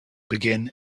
begin